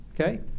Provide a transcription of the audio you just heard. okay